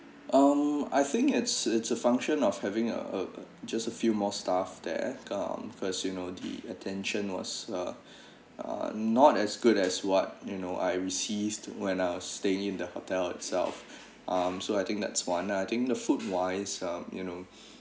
um I think it's it's a function of having uh just a few more staff there um cause you know the attention was uh uh not as good as what you know I received when I was staying in the hotel itself um so I think that's one and I think the food wise um you know